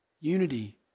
Unity